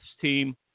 team